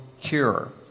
cure